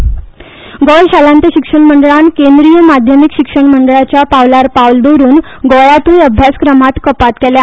Goa syllabus Goem शालांत शिक्षण मंडळान केंद्रीय माध्यमिक शिक्षण मंडळाच्या पांवलार पांवल दवरून गोंयातुय अभ्यासक्रमात कपात केल्या